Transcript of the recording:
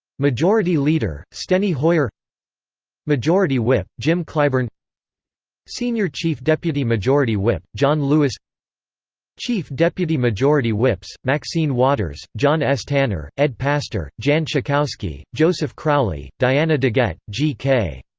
majority leader steny hoyer majority whip jim clyburn senior chief deputy majority whip john lewis chief deputy majority whips maxine waters, john s. tanner, ed pastor, jan schakowsky, joseph crowley, diana degette, g k.